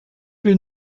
will